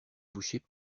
bouchers